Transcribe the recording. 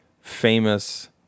famous